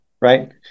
right